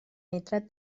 nitrat